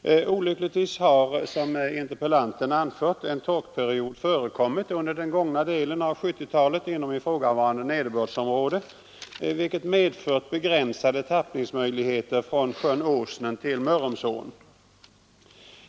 Olyckligtvis har, som interpellanten anfört, en torkperiod förekommit under den gångna delen av 1970-talet inom ifrågavarande nederbördsområde, vilket medfört begränsade tappningsmöjligheter från sjön Åsnen till Mörrumsån.